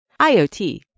IoT